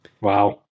Wow